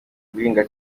guhinga